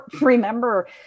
remember